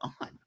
on